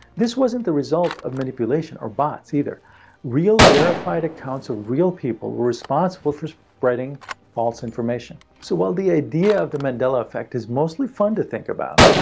this wasn't the result of manipulation or bots either real verified accounts of real people were responsible for spreading false information. so while the idea of the mandela effect is mostly fun to think about,